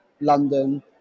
London